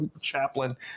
chaplain